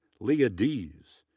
lia dees,